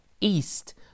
east